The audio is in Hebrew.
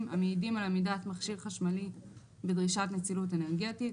המעידים על עמידת מכשיר חשמלי בדרישת נצילות אנרגטית,